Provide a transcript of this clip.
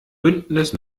bündnis